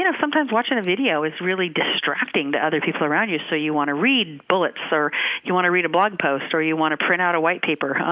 and sometimes, watching a video is really distracting to other people around you, so you want to read bullets or you want to read a blog post, or you want to print out a white paper.